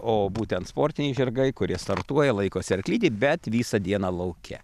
o būtent sportiniai žirgai kurie startuoja laikosi arklidėj bet visą dieną lauke